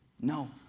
No